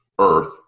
earth